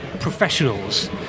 professionals